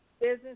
Business